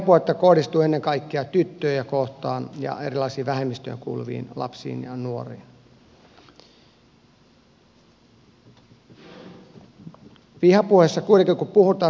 vihapuhetta kohdistuu ennen kaikkea tyttöjä kohtaan ja erilaisiin vähemmistöihin kuuluviin lapsiin ja nuoriin